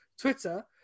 Twitter